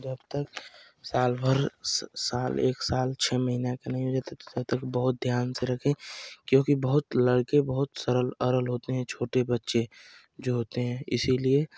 जब तक साल एक साल छः महीना के लिए बहुत ध्यान से रखें क्योंकि बहुत लड़के बहुत सरल अरल होते हैं छोटे बच्चे जो होते हैं इसीलिए